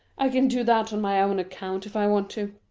i can do that on my own account, if i want to.